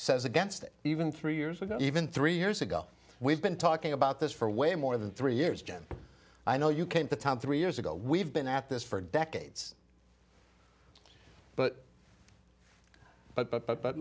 says against it even three years ago even three years ago we've been talking about this for way more than three years jen i know you came to town three years ago we've been at this for decades but but but but but